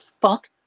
fuck